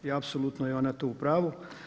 I apsolutno je ona tu u pravu.